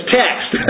text